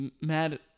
mad